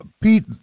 Pete